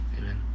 amen